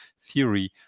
theory